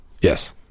Yes